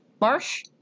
Marsh